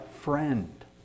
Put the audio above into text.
friend